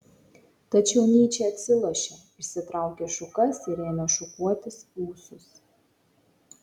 tačiau nyčė atsilošė išsitraukė šukas ir ėmė šukuotis ūsus